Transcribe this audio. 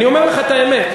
אני אומר לך את האמת.